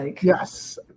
Yes